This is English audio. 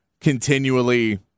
continually